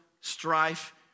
strife